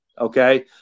okay